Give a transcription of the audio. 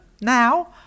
now